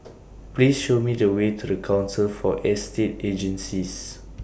Please Show Me The Way to The Council For Estate Agencies